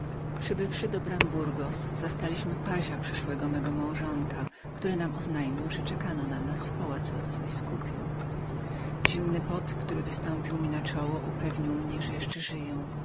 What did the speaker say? przybywszy do bram burgos zastaliśmy pazia przyszłego mego małżonka który nam oznajmił że czekano na nas w pałacu arcybiskupim zimny pot który wystąpił mi na czoło upewnił mnie że jeszcze żyję